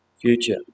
future